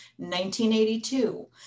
1982